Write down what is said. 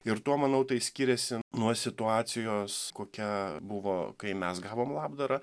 ir tuo manau tai skiriasi nuo situacijos kokia buvo kai mes gavom labdarą